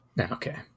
Okay